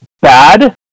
bad